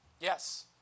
Yes